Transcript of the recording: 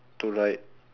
to ride